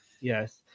Yes